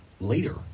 later